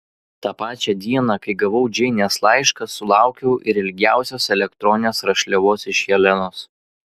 tą pačią dieną kai gavau džeinės laišką sulaukiau ir ilgiausios elektroninės rašliavos iš helenos